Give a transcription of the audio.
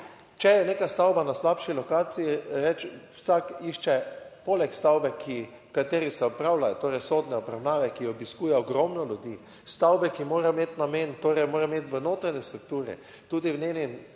Če je neka stavba na slabši lokaciji, vsak išče poleg stavbe v kateri se opravljajo torej sodne obravnave, ki jo obiskuje ogromno ljudi, stavbe ki morajo imeti namen, torej morajo imeti v notranji strukturi, tudi v njenem